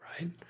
right